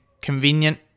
convenient